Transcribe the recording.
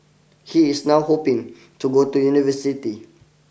he is now hoping to go to university